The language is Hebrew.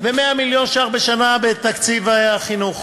ו-100 מיליון שקלים בשנה בתקציב החינוך,